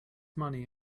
money